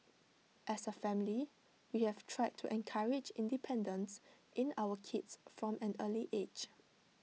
as A family we have tried to encourage independence in our kids from an early age